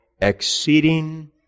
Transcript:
exceeding